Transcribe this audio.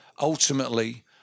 ultimately